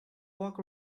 walk